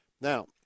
Now